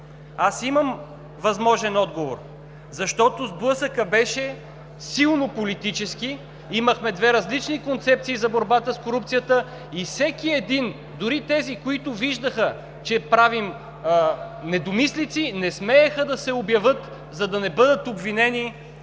Аз имам възможен отговор. Защото сблъсъкът беше силно политически, имахме две различни концепции за борбата с корупцията и всеки един – дори тези, които виждаха, че правим недомислици, не смееха да се обявят, за да не бъдат обвинени,